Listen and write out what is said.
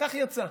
כך יצא.